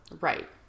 Right